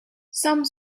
some